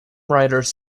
writers